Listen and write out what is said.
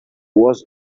was